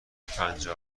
پنجاه